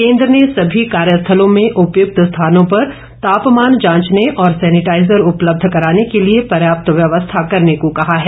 केंद्र ने सभी कार्य स्थलों में उपयुक्त स्थानों पर तापमान जांचने और सेनिटाइजर उपलब्ध कराने के लिए पर्याप्त व्यवस्था करने को कहा है